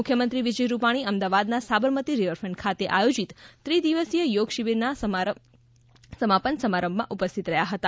મુખ્ય મંત્રીશ્રી વિજય ભાઈ રૂપાણી અમદાવાદ સાબરમતી રિવરફન્ટ ખાતે આયોજિત ત્રિ દિવસીય યોગ શિબિરના સમાપન સમારંભમાં ઉપસ્થિત રહ્યા હતા